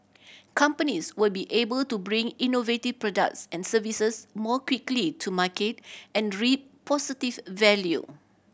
companies will be able to bring innovative products and services more quickly to market and reap positive value